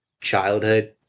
childhood